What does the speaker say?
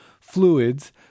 fluids